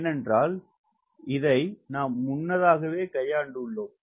ஏனென்றால் நாம் முன்னதாகவே இதை கையாண்டுள்ளோம்